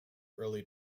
early